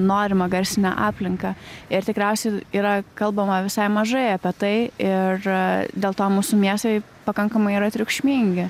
norimą garsinę aplinką ir tikriausiai yra kalbama visai mažai apie tai ir dėl to mūsų miestai pakankamai yra triukšmingi